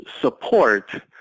support